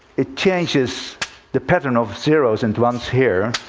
it changes the pattern of zeroes and ones here.